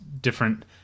different